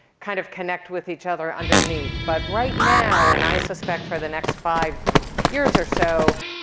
kind of connect with each other underneath. but right now, and i suspect for the next five years or so,